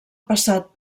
passat